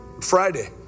Friday